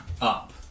up